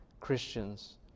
Christians